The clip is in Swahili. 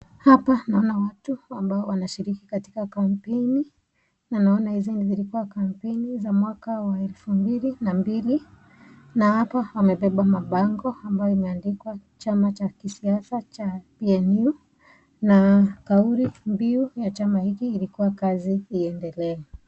Hapa naona watu ambao wanashiriki katika kampeni, na naona hizi zilikuwa kampeni wa mwaka wa elfu mbili na mbili, na hapa wamebeba mabango ambayo imeandikwa chama cha kisiasa cha PNU na kauli mbiu ya chama hiki ilikuwa kazi iendelee.